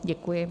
Děkuji.